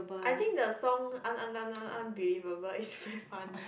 I think the song un~ un~ un~ unbelievable is very funny